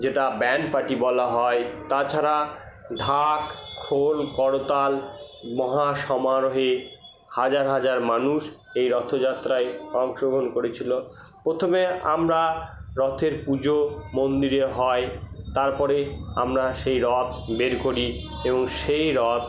যেটা band party বলা হয় তাছাড়া ঢাক খোল করতাল মহা সমারোহে হাজার হাজার মানুষ এই রথযাত্রায় অংশগ্রহণ করেছিলো প্রথমে আমরা রথের পুজো মন্দিরে হয় তারপরে আমরা সেই রথ বের করি এবং সেই রথ